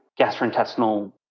gastrointestinal